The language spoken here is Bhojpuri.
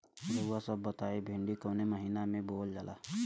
रउआ सभ बताई भिंडी कवने महीना में बोवल जाला?